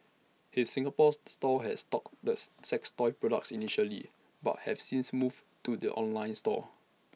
his Singapore store has stocked the sex toys products initially but have since moved to the online store